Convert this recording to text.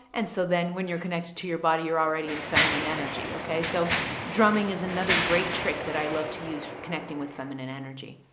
and so then when you're connected to your body, you're already in feminine energy. okay. so drumming is another great trick that i love to use for connecting with feminine energy.